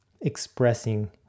expressing